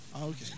Okay